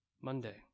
Monday